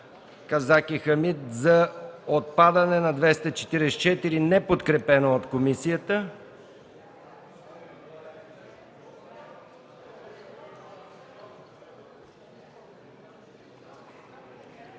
и Хамид Хамид за отпадане на чл. 244, неподкрепено от комисията.